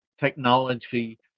technology